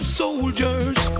soldiers